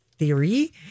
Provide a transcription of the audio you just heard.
theory